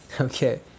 okay